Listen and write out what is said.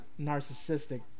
narcissistic